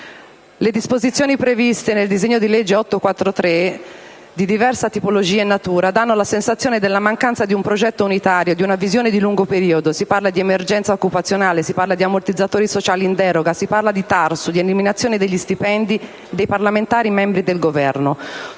Le disposizioni previste nel disegno di legge n. 843, di diversa tipologia e natura, danno la sensazione della mancanza di un progetto unitario e di una visione di lungo periodo: si parla di emergenza occupazionale, si parla di ammortizzatori sociali in deroga, si parla di TARSU, di eliminazioni degli stipendi dei parlamentari membri del Governo;